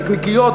נקניקיות,